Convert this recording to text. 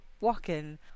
walking